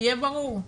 שיהיה ברור.